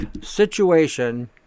situation